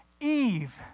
Eve